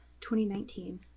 2019